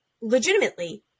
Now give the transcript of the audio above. legitimately